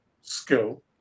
skill